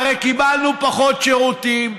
הרי קיבלנו פחות שירותים,